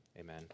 Amen